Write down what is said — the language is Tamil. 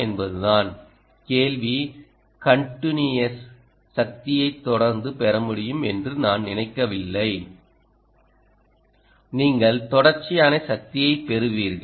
என்பதுதான் கேள்வி கன்டினுயஸ் சக்தியைத் தொடர்ந்து பெறமுடியும்என்று நான் நினைக்கவில்லை நீங்கள் தொடர்ச்சியான சக்தியைப் பெறுவீர்கள்